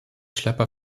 schlepper